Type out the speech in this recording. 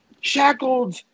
shackled